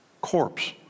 corpse